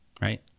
Right